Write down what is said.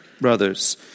brothers